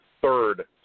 third